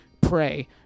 pray